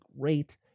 great